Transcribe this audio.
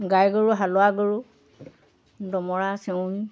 গাই গৰু হালোৱা গৰু দমৰা চেঁউৰী